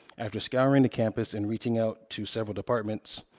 after scouring the campus and reaching out to several departments,